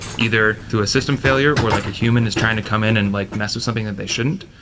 either through a system failure, or like a human is trying to come in and like mess with something that they shouldn't,